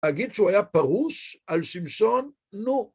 אגיד שהוא היה פרוש על שמשון? נו.